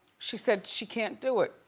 she said she can't do it,